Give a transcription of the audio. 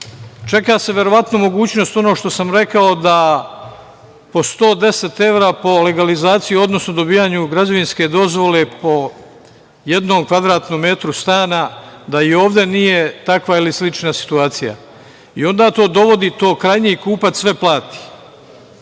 Čeka se verovatno mogućnost, ono što sam rekao da po 110 evra po legalizaciju, odnosno dobijanju građevinske dozvole, po jednom kvadratnom metru stana, da i ovde nije takva ili slična situacija. Onda to dovodi da krajnji kupac sve plati.